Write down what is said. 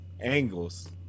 Angles